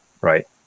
right